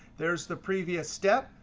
there's the previous step.